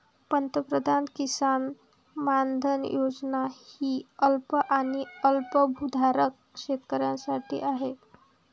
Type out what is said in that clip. पंतप्रधान किसान मानधन योजना ही अल्प आणि अल्पभूधारक शेतकऱ्यांसाठी आहे